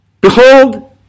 Behold